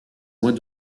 mois